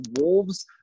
Wolves